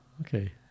Okay